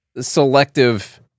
selective